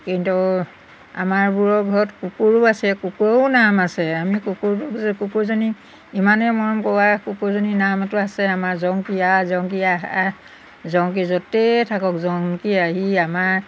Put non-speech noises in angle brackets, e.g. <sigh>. কিন্তু আমাৰবোৰৰ ঘৰত কুকুৰো আছে কুকুৰৰও নাম আছে আমি কুকুৰ <unintelligible> কুকুৰজনীক ইমানেই মৰম কৰোঁ আৰু কুকুৰজনী নামটো আছে আমাৰ জংকী আহ জংকী আহ ঝআহ জংকী য'তে থাকক জংকী আহি আমাৰ